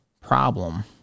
problem